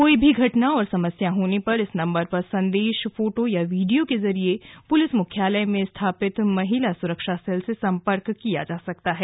कोई भी घटना और समस्या होने पर इस नम्बर पर संदेश फोटो या वीडियो के जरिए पुलिस मुख्यालय में स्थापित महिला सुरक्षा सेल से संपर्क किया जा सकता है